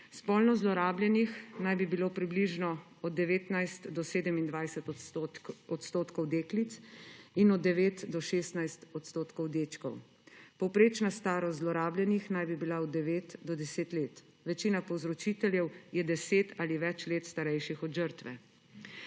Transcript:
Spolno zlorabljenih naj bi bilo približno od 19 do 27 % deklic in od 9 do 16 % dečkov. Povprečna starost zlorabljenih naj bi bila od devet do 10 let. Večina povzročiteljev je 10 ali več let starejših od žrtve.